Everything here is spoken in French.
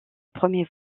premier